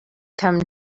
come